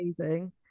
amazing